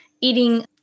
eating